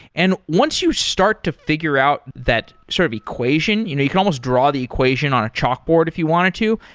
and once you start to figure out that sort of equation, you know you can almost draw the equation on a chalkboard if you wanted to.